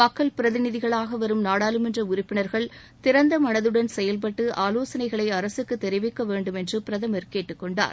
மக்கள் பிரதிநிதிகளாக வரும் நாடாளுமன்ற உறுப்பினா்கள் திறந்த மனதுடன் செயல்பட்டு ஆலோசனைகளை அரசுக்கு தெரிவிக்க வேண்டும் என்று பிரதமர் கேட்டுக்கொண்டார்